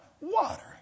water